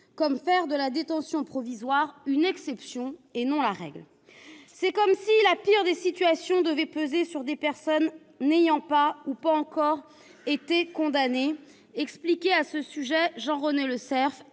comme faire de la détention provisoire une exception, et non la règle !« C'est comme si la pire des situations devait peser sur des personnes n'ayant pas, ou pas encore, été condamnées », explique à ce sujet Jean-René Lecerf,